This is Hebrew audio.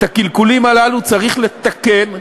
את הקלקולים הללו צריך לתקן.